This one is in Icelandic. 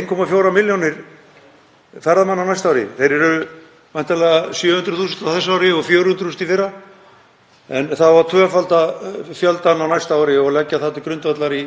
1,4 milljónir ferðamanna á næsta ári. Þeir eru væntanlega 700.000 á þessu ári og voru 400.000 í fyrra. Það á að tvöfalda fjöldann á næsta ári og leggja það til grundvallar í